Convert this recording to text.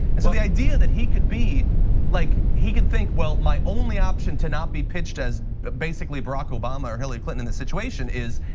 and so the idea that he could be like he could think well my only option to not be pitched as but basically barrack obama, hillary clinton. and the situation is,